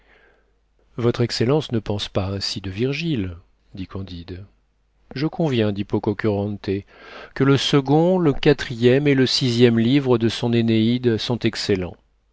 votre excellence ne pense pas ainsi de virgile dit candide je conviens dit pococurante que le second le quatrième et le sixième livre de son énéide sont excellents